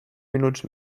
minuts